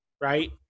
right